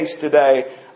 today